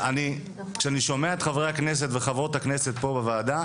כשאני שומע את חברי הכנסת וחברות הכנסת פה בוועדה,